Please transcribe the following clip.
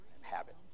Habit